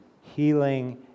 healing